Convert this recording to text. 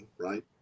right